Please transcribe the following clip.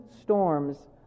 storms